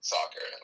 Soccer